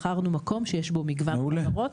בחרנו מקום שיש בו מגוון חברות.